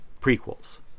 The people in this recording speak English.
prequels